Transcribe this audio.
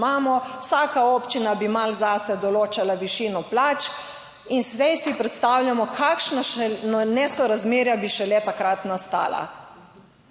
vsaka občina bi malo zase določala višino plač in zdaj si predstavljamo kakšna nesorazmerja bi šele takrat nastala.